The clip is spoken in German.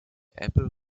ebbe